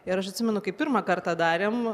ir aš atsimenu kaip pirmą kartą darėm